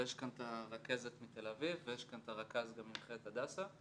ויש כאן את הרכזת מתל אביב ויש כאן את הרכז גם ממכללת הדסה,